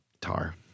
Tar